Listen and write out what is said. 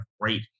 great